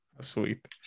sweet